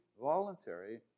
voluntary